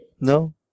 No